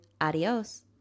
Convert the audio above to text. Adios